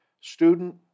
student